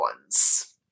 ones